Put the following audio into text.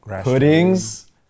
puddings